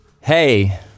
hey